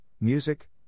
music